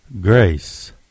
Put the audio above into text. grace